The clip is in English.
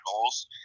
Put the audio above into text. goals